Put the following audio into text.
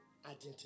Identity